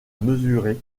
mesurer